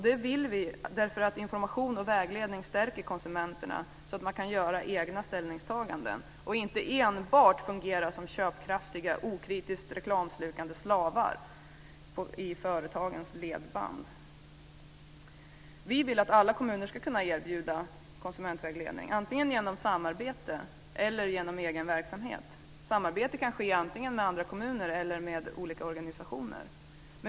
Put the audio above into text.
Det vill vi därför att information och vägledning stärker konsumenterna så att man kan göra egna ställningstaganden, och inte enbart fungera som köpkraftiga, okritiskt reklamslukande slavar i företagens ledband. Vi vill att alla kommuner ska kunna erbjuda konsumentvägledning, antingen genom samarbete eller genom egen verksamhet. Samarbete kan ske antingen med andra kommuner eller med olika organisationer.